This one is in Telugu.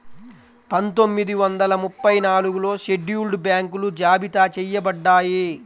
పందొమ్మిది వందల ముప్పై నాలుగులో షెడ్యూల్డ్ బ్యాంకులు జాబితా చెయ్యబడ్డాయి